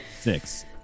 six